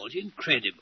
incredible